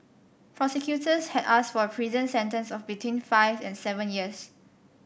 prosecutors had asked for a prison sentence of between five and seven years